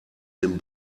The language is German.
dem